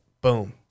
boom